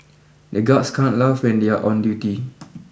the guards can't laugh when they are on duty